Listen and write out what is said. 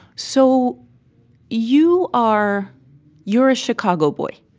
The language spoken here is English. so you are you're a chicago boy